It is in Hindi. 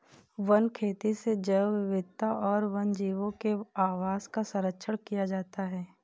वन खेती से जैव विविधता और वन्यजीवों के आवास का सरंक्षण किया जाता है